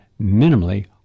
minimally